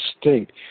state